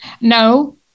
No